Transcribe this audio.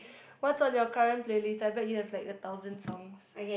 what's on your current playlist I bet you have like a thousand songs